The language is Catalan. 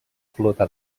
flota